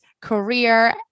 career